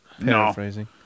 Paraphrasing